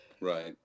Right